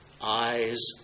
eyes